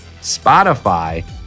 Spotify